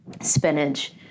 spinach